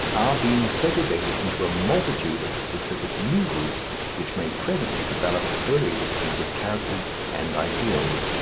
are being segregated into a multitude of specific new groups which may presently develop very distinctive characters and ideals.